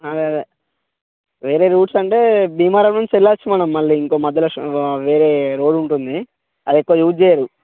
అదే అదే వేరే రూట్స్ అంటే భీమవరం నుంచి వెళ్ళొచ్చు మనం మళ్ళీ ఇంకో మధ్యలో వేరే రోడ్డు ఉంటుంది అది ఎక్కువ యూజ్ చెయ్యరు